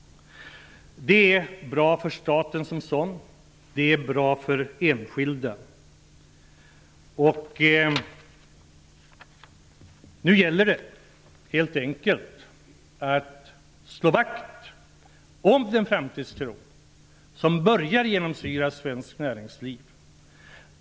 Det är bra för staten som sådan och för enskilda medborgare. Nu gäller det helt enkelt att slå vakt om den framtidstro som börjar genomsyra svenskt näringsliv.